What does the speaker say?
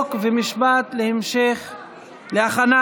חוק ומשפט נתקבלה.